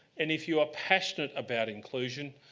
and if you are passionate about inclusion,